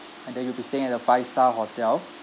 and then you'll be staying at a five star hotel